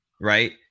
right